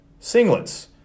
singlets